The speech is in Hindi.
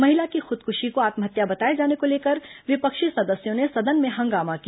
महिला की खुदकुशी को आत्महत्या बताए जाने को लेकर विपक्षी सदस्यों ने सदन में हंगामा किया